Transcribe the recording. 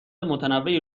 متنوعی